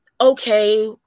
okay